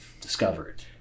discovered